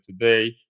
today